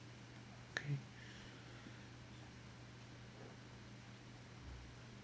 okay